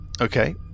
Okay